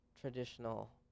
traditional